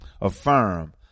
Affirm